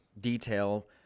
detail